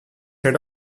head